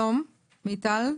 שלום מיטל.